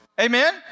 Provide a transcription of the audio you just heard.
amen